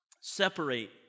Separate